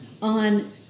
on